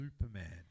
Superman